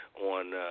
on